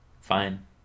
fine